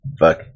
fuck